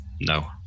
No